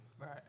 Right